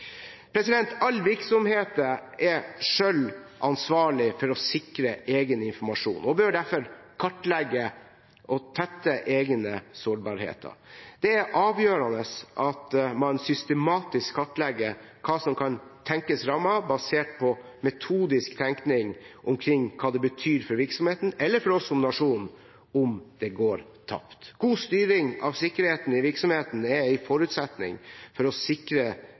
er selv ansvarlig for å sikre egen informasjon og bør derfor kartlegge og tette egen sårbarhet. Det er avgjørende at man systematisk kartlegger hva som kan tenkes rammet, basert på metodisk tenkning omkring hva det betyr for virksomheten, eller for oss som nasjon, om det går tapt. God styring av sikkerheten i virksomheten er en forutsetning for å sikre